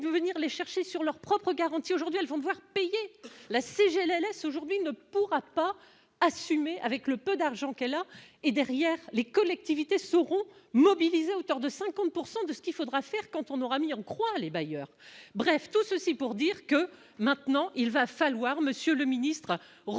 venir les chercher sur leur propre garantie aujourd'hui, elles vont devoir payer la CGT laisse aujourd'hui ne pourra pas assumer avec le peu d'argent qu'elle a et derrière les collectivités seront mobilisés à hauteur de 50 pourcent de de ce qu'il faudra faire quand on aura mis en croire les bailleurs, bref, tout ceci pour dire que maintenant il va falloir, monsieur le ministre,